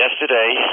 Yesterday